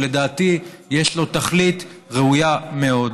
שלדעתי יש לו תכלית ראויה מאוד.